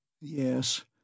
Yes